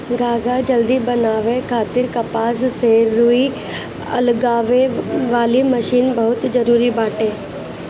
धागा जल्दी बनावे खातिर कपास से रुई अलगावे वाली मशीन बहुते जरूरी बाटे